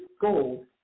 Gold